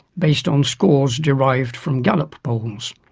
based on scores derived from gallup polls.